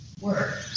work